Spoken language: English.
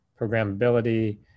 programmability